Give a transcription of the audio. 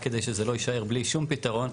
רק כדי שזה לא יישאר בלי שום פתרון,